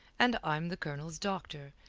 and i'm the colonel's doctor,